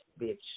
bitch